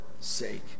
sake